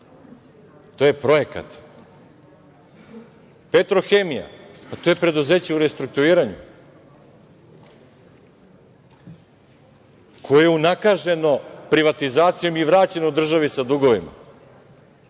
To je projekat.„Petrohemija“ je preduzeće u restrukturiranju koje je unakaženo privatizacijom i vraćeno državi sa dugovima.